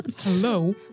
hello